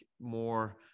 more